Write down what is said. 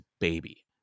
baby